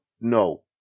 no